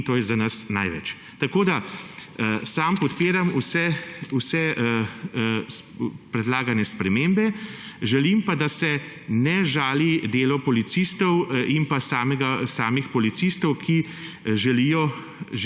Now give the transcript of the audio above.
in to je za nas največ. Jaz podpiram vse predlagane spremembe. Želim pa, da se ne žali dela policistov in samih policistov, ki želijo